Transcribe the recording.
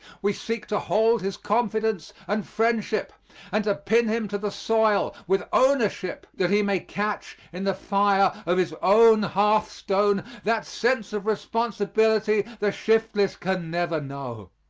we seek to hold his confidence and friendship and to pin him to the soil with ownership, that he may catch in the fire of his own hearthstone that sense of responsibility the shiftless can never know.